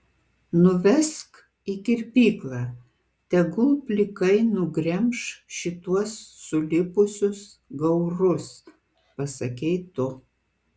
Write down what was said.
nuvesk į kirpyklą tegul plikai nugremš šituos sulipusius gaurus pasakei tu